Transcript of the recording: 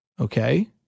Okay